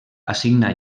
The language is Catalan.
assigna